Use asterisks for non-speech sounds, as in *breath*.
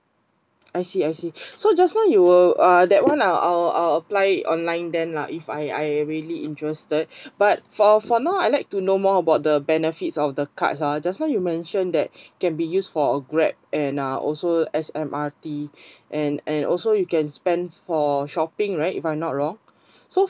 I see I see *breath* so just now you were uh that [one] I'll I'll apply it online then uh if I I really interested *breath* but for for now I like to know more about the benefits of the cards ah just now you mention that can be used for a Grab and are also S_M_R_T *breath* and and also you can spend for shopping right if I not wrong so